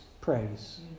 praise